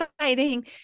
exciting